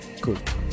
good